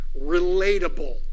relatable